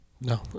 No